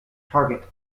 target